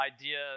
idea